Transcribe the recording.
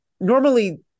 Normally